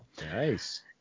Nice